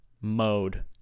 mode